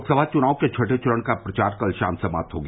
लोकसभा चुनाव के छठें चरण का प्रचार कल शाम समाप्त हो गया